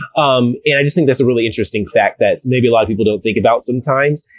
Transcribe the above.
um and i just think that's a really interesting fact that maybe a lot of people don't think about sometimes.